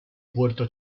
puerto